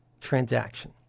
transaction